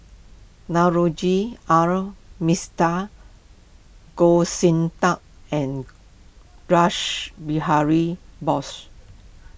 Navroji R Mistri Goh Sin Tub and Rash Behari Bose